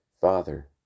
Father